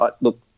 Look